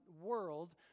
world